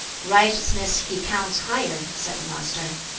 righteousness he counts higher, said the master.